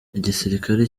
igisirikare